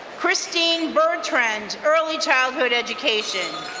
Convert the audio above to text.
christine burtrend, early childhood education.